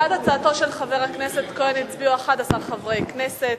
בעד הצעתו של חבר הכנסת כהן הצביעו 11 חברי כנסת,